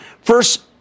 First